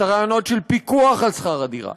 את הרעיונות של פיקוח על שכר הדירה,